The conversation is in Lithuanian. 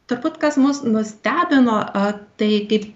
turbūt kas mus nustebino a tai kaip